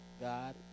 God